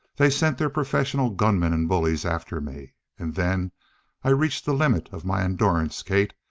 they sent their professional gunmen and bullies after me. and then i reached the limit of my endurance, kate,